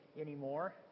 anymore